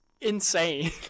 Insane